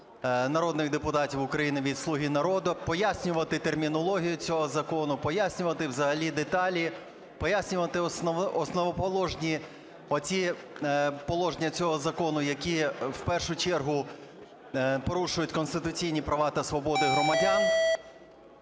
народних депутатів України від "Слуги народу", пояснювати термінологію цього закону, пояснювати взагалі деталі, пояснювати основоположні оці положення цього закону, які в першу чергу порушують конституційні права та свободи громадян.